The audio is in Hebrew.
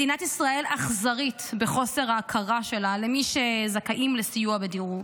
מדינת ישראל אכזרית בחוסר ההכרה שלה במי שזכאים לסיוע בדיור.